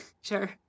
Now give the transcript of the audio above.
Sure